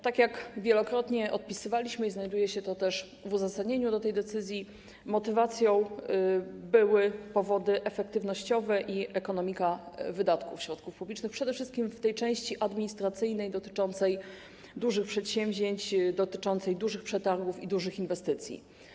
Tak jak wielokrotnie odpisywaliśmy, znajduje się to też w uzasadnieniu tej decyzji, motywacją były powody efektywnościowe i ekonomika wydatków środków publicznych, przede wszystkim w tej części administracyjnej dotyczącej dużych przedsięwzięć, dużych przetargów i dużych inwestycji.